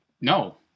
No